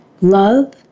Love